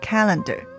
Calendar